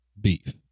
Beef